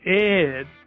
Ed